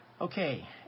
Okay